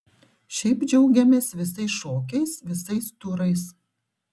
šiaip džiaugiamės visais šokiais visais turais